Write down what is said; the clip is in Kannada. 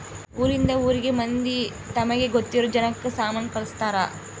ಊರಿಂದ ಊರಿಗೆ ಮಂದಿ ತಮಗೆ ಗೊತ್ತಿರೊ ಜನಕ್ಕ ಸಾಮನ ಕಳ್ಸ್ತರ್